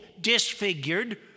disfigured